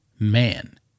Man